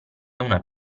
una